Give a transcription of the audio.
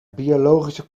biologische